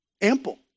ample